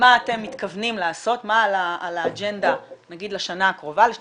מה על האג'נדה נגיד לשנה הקרובה, 2019,